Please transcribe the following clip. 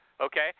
okay